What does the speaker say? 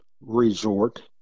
resort